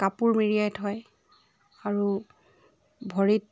কাপোৰ মেৰিয়াই থয় আৰু ভৰিত